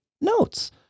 notes